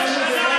לא,